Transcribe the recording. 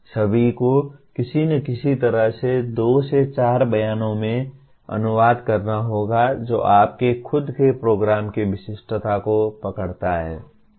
सभी को किसी न किसी तरह से दो से चार बयानों में अनुवाद करना होगा जो आपके खुद के प्रोग्राम की विशिष्टता को पकड़ता हैं